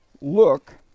look